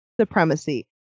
supremacy